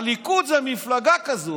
הליכוד זה מפלגה כזאת,